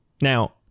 Now